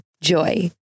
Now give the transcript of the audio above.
Joy